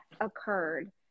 occurred